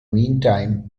meantime